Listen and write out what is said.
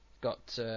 got